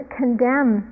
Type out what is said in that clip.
condemn